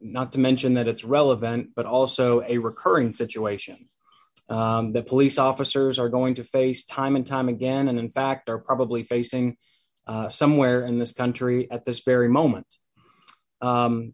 not to mention that it's relevant but also a recurring situation that police officers are going to face time and time again and in fact are probably facing somewhere in this country at this very moment